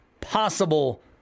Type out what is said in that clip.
possible